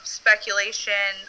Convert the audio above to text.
speculation